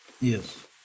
Yes